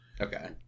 okay